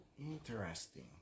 Interesting